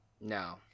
No